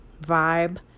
vibe